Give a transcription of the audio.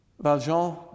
Valjean